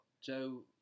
Joe